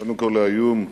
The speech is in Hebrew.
קודם כול לאיום הגרעין,